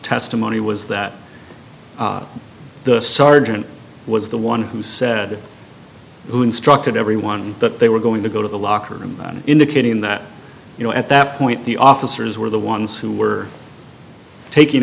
testimony was that the sergeant was the one who said who instructed everyone that they were going to go to the locker room indicating that you know at that point the officers were the ones who were taking